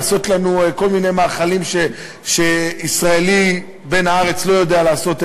לעשות לנו כל מיני מאכלים שישראלי בן הארץ לא יודע לעשות,